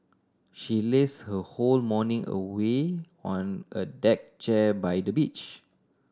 she laze her whole morning away on a deck chair by the beach